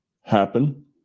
happen